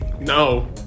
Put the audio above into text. No